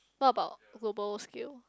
what about global scale